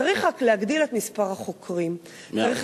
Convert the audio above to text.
צריך רק להגדיל את מספר החוקרים, מאה אחוז.